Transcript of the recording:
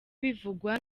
bivugwa